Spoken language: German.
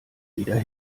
wieder